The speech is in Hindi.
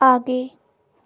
आगे